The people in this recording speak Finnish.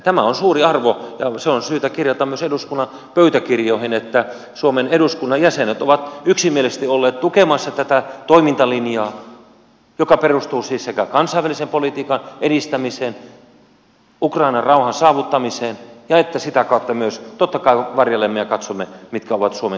tämä on suuri arvo ja se on syytä kirjata myös eduskunnan pöytäkirjoihin että suomen eduskunnan jäsenet ovat yksimielisesti olleet tukemassa tätä toimintalinjaa joka perustuu siis sekä kansainvälisen politiikan edistämiseen ukrainan rauhan saavuttamiseen että sitä kautta myös siihen että totta kai varjelemme ja katsomme mitkä ovat suomen kansalliset edut